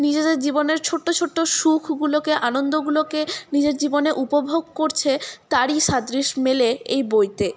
নিজেদের জীবনের ছোট্ট ছোট্ট সুখগুলোকে আনন্দগুলোকে নিজের জীবনে উপভোগ করছে তারই সাদৃশ্য মেলে এই বইতে